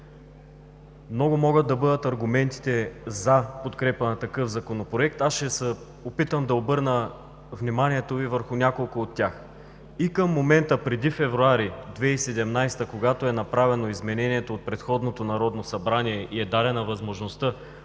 Много могат да бъдат аргументите за подкрепа на такъв Законопроект. Ще се опитам да обърна вниманието Ви върху няколко от тях. И към момента – преди месец февруари 2017 г., когато е направено изменението от предходното Народно събрание и е дадена възможността